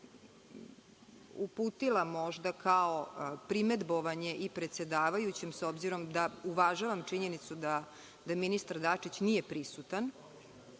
uputila možda kao primedbovanje i predsedavajućem, s obzirom da uvažavam činjenicu da ministar Dačić nije prisutan,